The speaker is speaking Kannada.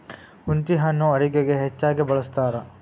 ಹುಂಚಿಹಣ್ಣು ಅಡುಗೆಗೆ ಹೆಚ್ಚಾಗಿ ಬಳ್ಸತಾರ